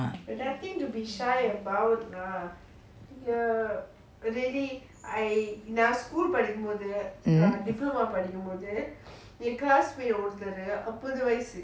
okay